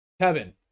Kevin